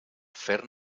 fer